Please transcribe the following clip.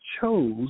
chose